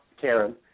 Karen